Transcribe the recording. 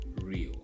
real